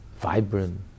vibrant